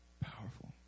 Powerful